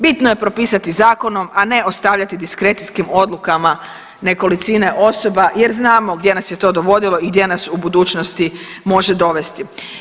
Bitno je propisati zakonom, a ne ostavljati diskrecijskim odlukama nekolicine osoba jer znamo gdje nas je to dovodilo i gdje nas u budućnosti može dovesti.